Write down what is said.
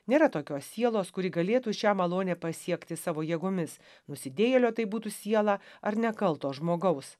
nėra tokios sielos kuri galėtų šią malonę pasiekti savo jėgomis nusidėjėlio tai būtų siela ar nekalto žmogaus